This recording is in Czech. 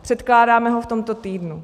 Předkládáme ho v tomto týdnu.